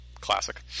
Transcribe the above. Classic